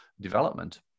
development